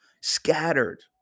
scattered